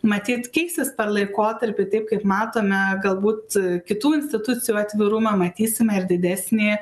matyt keisis per laikotarpį taip kaip matome galbūt a kitų institucijų atvirumą matysime ir didesnį